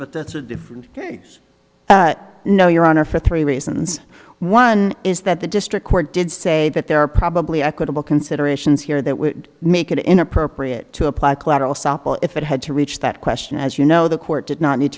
but that's a different case but no your honor for three reasons one is that the district court did say that there are probably equitable considerations here that would make it inappropriate to apply a collateral sample if it had to reach that question as you know the court did not need